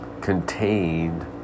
contained